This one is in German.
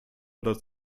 dass